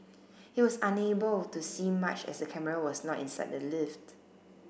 he was unable to see much as the camera was not inside the lift